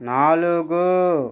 నాలుగు